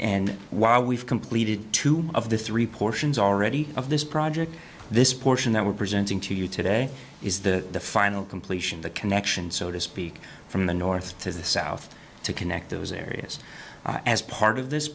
and while we've completed two of the three portions already of this project this portion that we're presenting to you today is the final completion the canal action so to speak from the north to the south to connect those areas as part of this